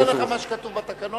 אני אתן לך מה שכתוב בתקנון,